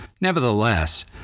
Nevertheless